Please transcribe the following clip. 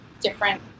different